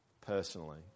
personally